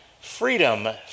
freedom